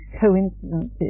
coincidences